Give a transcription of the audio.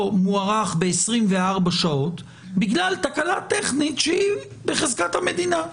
מוארך ב-24 שעות בגלל תקלה טכנית שהא בחזקת המדינה.